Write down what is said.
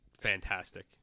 fantastic